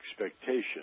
expectation